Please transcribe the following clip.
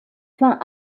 fin